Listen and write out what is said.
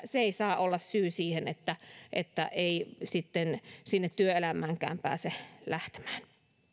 se ei saa olla syy siihen että että ei sitten sinne työelämäänkään pääse lähtemään